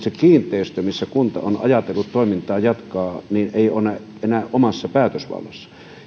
se kiinteistö missä kunta on ajatellut toimintaa jatkaa ei ole enää omassa päätösvallassa